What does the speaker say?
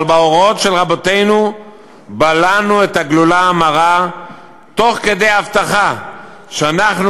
אבל בהוראות של רבותינו בלענו את הגלולה המרה תוך כדי הבטחה שאנחנו,